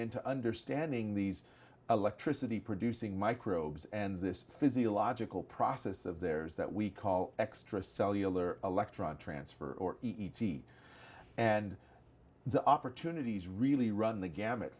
into understanding these electricity producing microbes and this physiological process of theirs that we call extra cellular electron transfer or e t and the opportunities really run the gamut